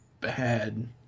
bad